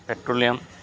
petroleum